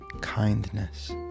kindness